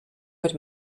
mit